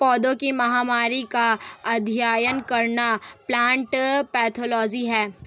पौधों की महामारी का अध्ययन करना प्लांट पैथोलॉजी है